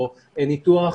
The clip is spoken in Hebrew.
או ניתוח,